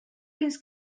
fins